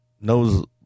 knows